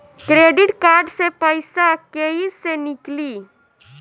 Credit card से पईसा केइसे निकली?